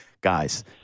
guys